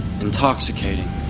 intoxicating